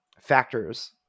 factors